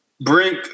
brink